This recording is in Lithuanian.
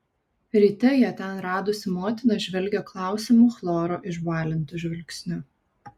ryte ją ten radusi motina žvelgė klausiamu chloro išbalintu žvilgsniu